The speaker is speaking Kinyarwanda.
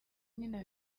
nkina